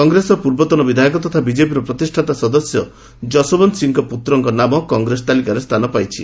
କଂଗ୍ରେସର ପୂର୍ବତନ ବିଧାୟକ ତଥା ବିଜେପିର ପ୍ରତିଷ୍ଠାତା ସଦସ୍ୟ ଯଶୋବନ୍ତ ସିଂଙ୍କ ପୁତ୍ରଙ୍କର ନାମ କଂଗ୍ରେସ ତାଲିକାରେ ସ୍ଥାନ ଦେଇଛି